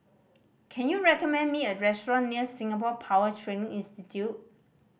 can you recommend me a restaurant near Singapore Power Training Institute